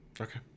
Okay